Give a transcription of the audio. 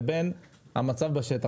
לבין המצב בשטח.